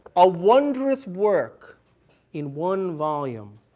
a wondrous work in one volume,